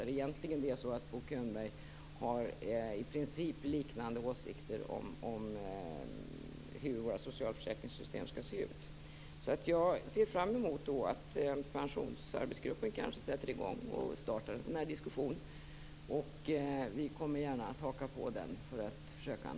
I det fallet har Bo Könberg i princip liknande åsikter om hur våra socialförsäkringssystem skall se ut. Jag ser fram emot att Pensionsarbetsgruppen sätter i gång och kanske startar en diskussion, och vi kommer gärna att haka på den.